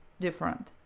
different